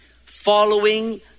following